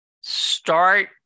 start